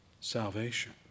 salvation